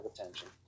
attention